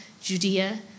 Judea